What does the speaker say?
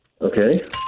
Okay